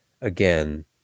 again